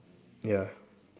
ya